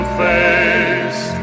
face